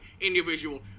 individual